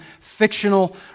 fictional